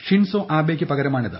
Shinzo ആബെയ്ക്ക് പകരമാണിത്